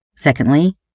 Secondly